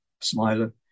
Smiler